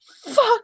fuck